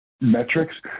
metrics